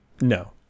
No